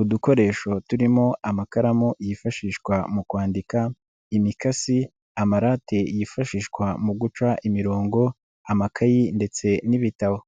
Udukoresho turimo amakaramu yifashishwa mu kwandika imikasi, amarate yifashishwa mu guca imirongo amakayi ndetse n'ibitabo.